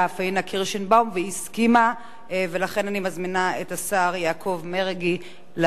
ולכן אני מזמינה את השר יעקב מרגי לעלות ולנמק הנמקה נוספת,